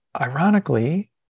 Ironically